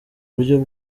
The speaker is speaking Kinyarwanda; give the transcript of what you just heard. buryo